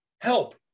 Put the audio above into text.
help